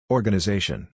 Organization